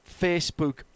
Facebook